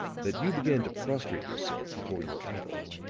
that you began to prostrate yourself before your idol